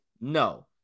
No